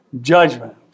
judgment